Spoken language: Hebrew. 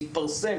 והתפרסם,